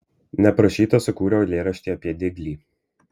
neprašyta sukūriau eilėraštį apie diglį